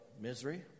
misery